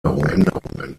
veränderungen